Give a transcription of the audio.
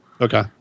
Okay